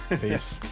Peace